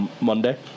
Monday